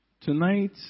Tonight